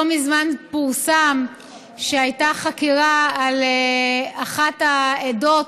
לא מזמן פורסם שהייתה חקירה על אחת העדות,